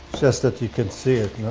just that you can see it,